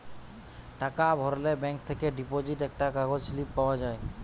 টাকা ভরলে ব্যাঙ্ক থেকে ডিপোজিট একটা কাগজ স্লিপ পাওয়া যায়